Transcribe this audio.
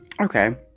Okay